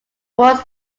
was